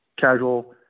casual